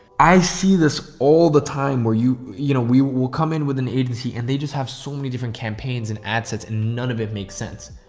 i see this all the time where you, you know, we will come in with an agency and they just have so many different campaigns and ad sets and none of it makes sense.